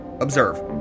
observe